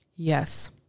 Yes